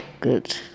Good